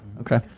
Okay